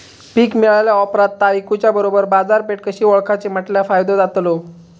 पीक मिळाल्या ऑप्रात ता इकुच्या बरोबर बाजारपेठ कशी ओळखाची म्हटल्या फायदो जातलो?